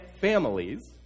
families